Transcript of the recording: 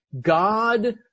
God